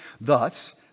Thus